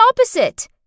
opposite